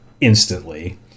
instantly